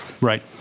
Right